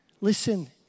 Listen